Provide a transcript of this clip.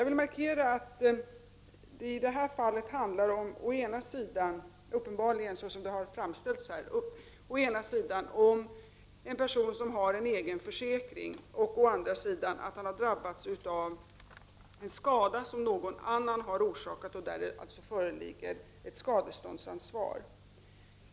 I det här fallet handlar det uppenbarligen, såsom det här har framställts, om en person som å ena sidan har en egen försäkring och som å andra sidan har drabbats av en skada, som någon annan har orsakat och där det alltså föreligger ett skadeståndsansvar.